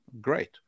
Great